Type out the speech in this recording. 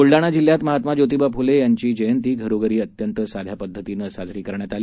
ब्लडाणा जिल्ह्यात महात्मा ज्योतिबा फुले यांची जयंती घरोघरी अत्यंत साध्या पद्धतीनं साजरी करण्यात आली